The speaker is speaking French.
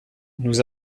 nous